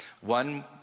One